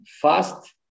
Fast